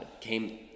came